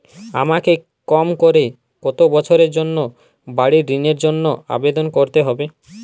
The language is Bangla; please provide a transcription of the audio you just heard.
আমাকে কম করে কতো বছরের জন্য বাড়ীর ঋণের জন্য আবেদন করতে হবে?